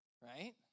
right